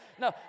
No